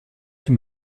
dem